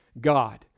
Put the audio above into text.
God